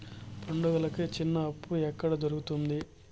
పండుగలకి చిన్న అప్పు ఎక్కడ దొరుకుతుంది